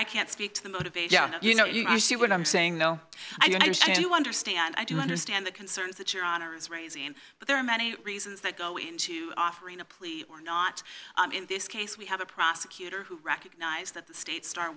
i can't speak to the motivation of you know you see what i'm saying no i do understand i do understand the concerns that your honor is raising but there are many reasons that go into offering a plea or not in this case we have a prosecutor who recognized that the state's star